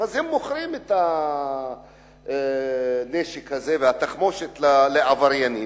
הם מוכרים את הנשק הזה ואת התחמושת לעבריינים,